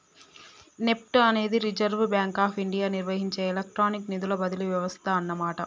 NEFT అనేది Reserve Bank of India నిర్వహించే electronic నిధుల బదిలీ వ్యవస్థ అన్నమాట